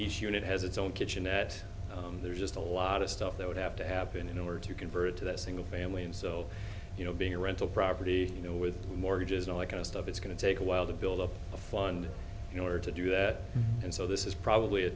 unit has its own kitchenette there's just a lot of stuff that would have to happen in order to convert to that single family and so you know being a rental property you know with mortgages and i kind of stuff it's going to take a while to build up a fund you know or to do that and so this is probably a